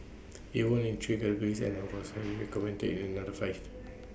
IT won in three categories and commended in another five